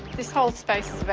this whole space